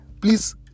Please